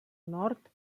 nord